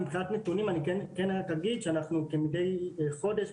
מבחינת נתונים אני כן רק אגיד שאנחנו כמדי חודש,